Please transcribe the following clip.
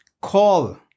call